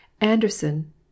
Anderson